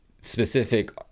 specific